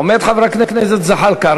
עומד חבר הכנסת זחאלקה,